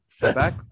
back